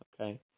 Okay